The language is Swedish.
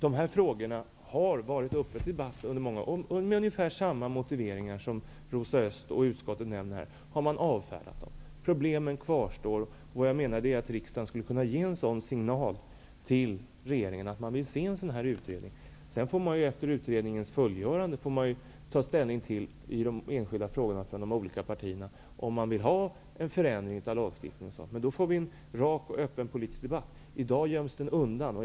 Dessa frågor har varit uppe till debatt under många år. Men med ungefär samma motiveringar som Rosa Östh och utskottet nämner här har de avfärdats. Problemen kvarstår. Riksdagen skulle kunna ge en signal till regeringen om att tillsätta en utredning. Efter det att utredningen har fullgjort sitt arbete får de olika partierna ta ställning i de enskilda frågorna om huruvida det skall bli en ändring i lagstiftningen. Då blir det en rak och öppen debatt. I dag göms debatten undan.